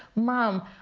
mom,